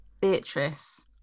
Beatrice